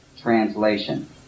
translation